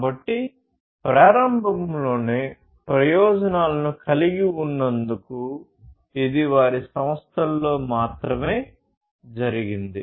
కాబట్టి ప్రారంభంలోనే ప్రయోజనాలను కలిగి ఉన్నందుకు ఇది వారి సంస్థలో మాత్రమే జరిగింది